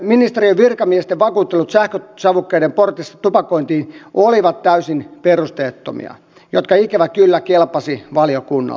ministeriön virkamiesten vakuuttelut sähkösavukkeiden portista tupakointiin olivat täysin perusteettomia mutta ikävä kyllä kelpasivat valiokunnalle